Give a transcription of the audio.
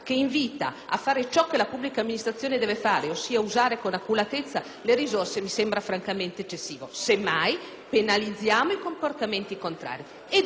a fare ciò che la pubblica amministrazione deve fare, ossia usare con oculatezza le risorse, mi sembra, di nuovo, eccessivo. Semmai penalizziamo i comportamenti sbagliati.